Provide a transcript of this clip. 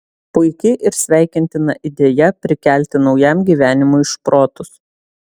puiki ir sveikintina idėja prikelti naujam gyvenimui šprotus